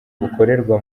bukorerwa